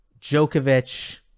Djokovic